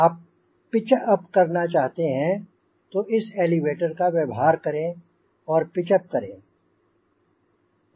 आप pitch up करना चाहते हैं तो इस एलीवेटर का व्यवहार करें और पिच अप करें